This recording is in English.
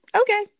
okay